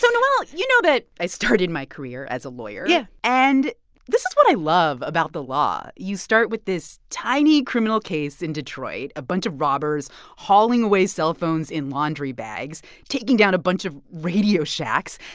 so noel, you know that i started my career as a lawyer yeah and this is what i love about the law. you start with this tiny criminal case in detroit, a bunch of robbers hauling away cellphones in laundry bags taking down a bunch of radio shacks,